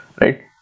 right